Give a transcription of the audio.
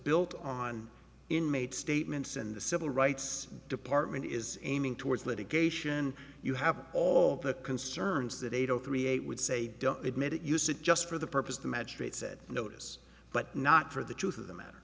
built on in made statements and the civil rights department is aiming towards litigation you have all the concerns that eight zero three eight would say don't admit it use it just for the purpose the magistrate said notice but not for the truth of the matter